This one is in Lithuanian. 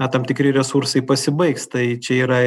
na tam tikri resursai pasibaigs tai čia yra